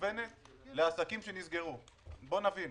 ממוצעת מעסק שנצמחה באותה תקופה, בשינויים